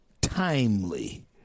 timely